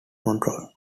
control